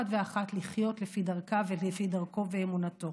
ואחת לחיות לפי דרכה ולפי דרכו ואמונתו